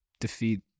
defeat